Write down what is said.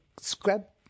scrub